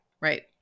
right